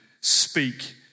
speak